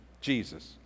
Jesus